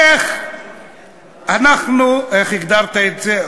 איך אנחנו, איך הגדרת את זה?